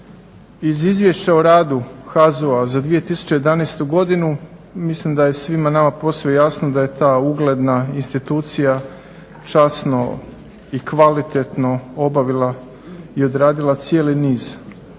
Iz Izvješća o radu HAZU-a za 2011. godinu mislim da je svima nama posve jasno da je ta ugledna institucija časno i kvalitetno obavila i odradila cijeli niz